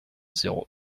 zéro